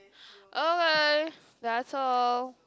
okay that's all